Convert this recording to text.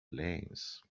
planes